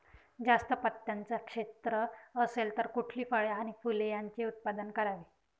जास्त पात्याचं क्षेत्र असेल तर कुठली फळे आणि फूले यांचे उत्पादन करावे?